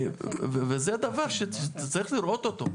וזה דבר שצריך לראות אותו,